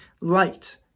light